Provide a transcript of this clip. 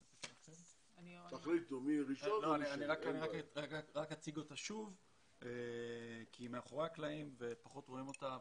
אני אציג את שרית לוי כי היא מאחורי הקלעים ופחות רואים אותה.